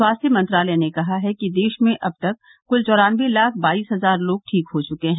स्वास्थ्य मंत्रालय ने कहा है कि देश में अब तक कुल चौरानबे लाख बाईस हजार लोग ठीक हो चुके हैं